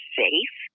safe